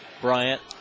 Bryant